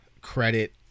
credit